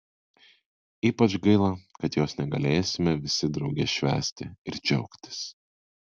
ypač gaila kad jos negalėsime visi drauge švęsti ir džiaugtis